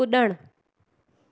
कुड॒णु